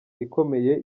ikomeye